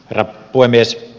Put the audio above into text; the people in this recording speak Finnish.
herra puhemies